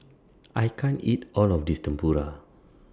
I can't eat All of This Tempura